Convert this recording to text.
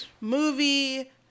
movie